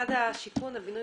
משרד הבינוי